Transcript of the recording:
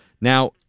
now